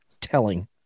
telling